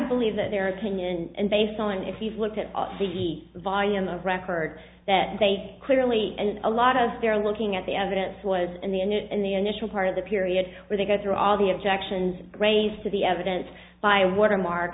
believe that their opinion and based on if you've looked at the volume of records that they clearly and a lot of their looking at the evidence was in the end the initial part of the period where they go through all the objections raised to the evidence by watermark